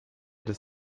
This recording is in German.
des